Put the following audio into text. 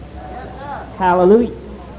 Hallelujah